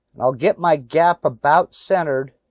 i'll get my gap about centered.